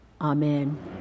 Amen